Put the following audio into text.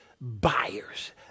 buyers